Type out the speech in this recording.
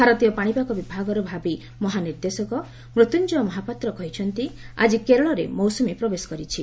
ଭାରତୀୟ ପାଣିପାଗ ବିଭାଗର ଭାବି ମହାନିର୍ଦ୍ଦେଶକ ମୃତ୍ୟୁଞ୍ଜୟ ମହାପାତ୍ର କହିଛନ୍ତି ଆଜି କେରଳରେ ମୌସୁମୀ ପ୍ରବେଶ କରିଛି